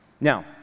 Now